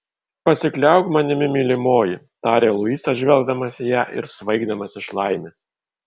pasikliauk manimi mylimoji tarė luisas žvelgdamas į ją ir svaigdamas iš laimės